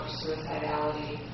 suicidality